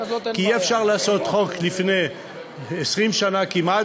כי אי-אפשר לעשות חוק לפני 20 שנה כמעט